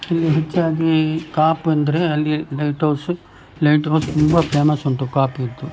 ಇಲ್ಲಿ ಹೆಚ್ಚಾಗಿ ಕಾಪು ಎಂದರೆ ಅಲ್ಲಿ ಲೈಟ್ಹೌಸು ಲೈಟ್ಹೌಸ್ ತುಂಬ ಫೇಮಸ್ ಉಂಟು ಕಾಪುದ್ದು